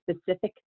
specific